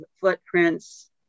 footprints